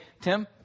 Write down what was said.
Tim